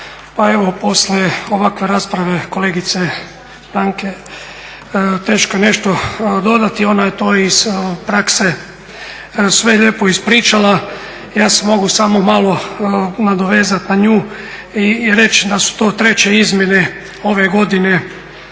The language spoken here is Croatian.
Pa evo poslije ovakve rasprave kolegice Branke teško je nešto dodati. Ona je to iz prakse sve lijepo ispričala, ja se mogu samo malo nadovezati na nju i reći da su to treće izmjene ove godine